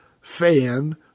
Fan